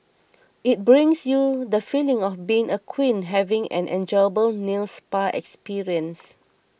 it brings you the feeling of being a queen having an enjoyable nail spa experience